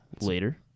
later